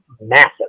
massive